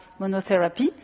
monotherapy